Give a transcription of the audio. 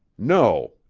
no!